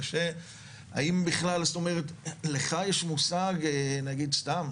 האם בכלל לך יש מושג נגיד סתם,